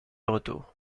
retour